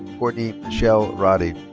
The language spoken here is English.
courtney michelle radi.